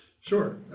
Sure